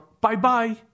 bye-bye